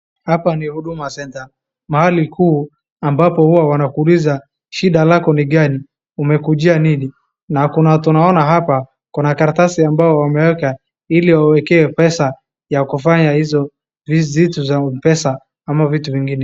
Hapa ni Huduma Center ,mahali huu ambapo huwa wanakuliza shida lako ni gani [?] umekujia nini[?] na kuna watu tunaona hapa kuna karatasi ambao wameeka ili wawekee pesa ya kufanya hizo vitu vya upesa ama vitu vingine.